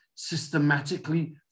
systematically